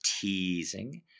teasing